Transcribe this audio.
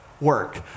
work